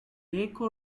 eco